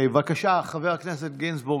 חבר הכנסת גינזבורג,